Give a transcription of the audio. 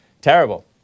Terrible